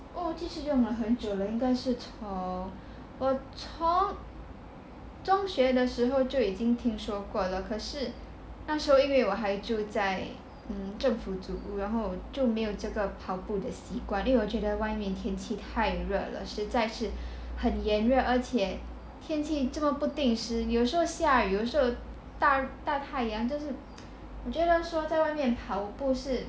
oh 我其实用了很久了应该是从我从中学的时候就已经听说过了可是那时候因为我还住在政府祖屋然后就没有这个跑步的习惯因为我觉得外面天气太热了实在是很炎热而且天气有这么不定时有时候下雨有时候大太阳真是我觉得说在外面跑步是